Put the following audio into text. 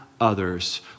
others